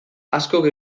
askok